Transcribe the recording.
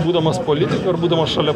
būdamas politiku ar būdamas šalia